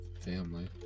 family